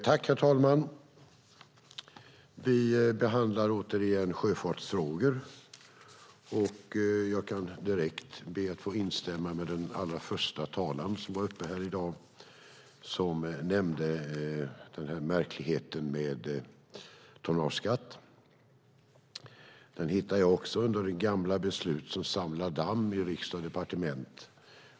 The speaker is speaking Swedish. Herr talman! Vi behandlar återigen sjöfartsfrågor, och jag kan direkt be att få instämma med den första talaren som var uppe här i dag som nämnde märkligheten med tonnageskatten. Den hittar jag också under gamla beslut som samlar damm i riksdag och departement.